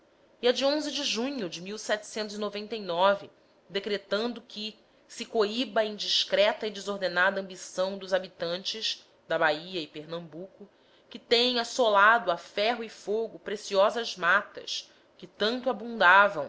e a de de junho de decretando que se coíba a indiscreta e desordenada ambição dos habitantes da bahia e pernambuco que têm assolado a ferro e fogo preciosas matas que tanto abundavam